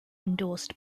endorsed